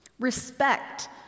Respect